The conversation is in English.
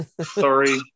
Sorry